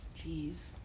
Jeez